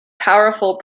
powerful